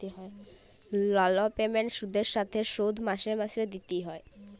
লল পেমেল্ট সুদের সাথে শোধ মাসে মাসে দিতে হ্যয়